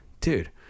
dude